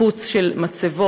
ניפוץ של מצבות,